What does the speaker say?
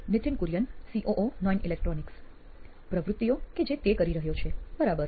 Nithin Kurian COO નોઇન electronics પ્રવૃત્તિઓ કે જે તે કરી રહ્યો છે બરાબર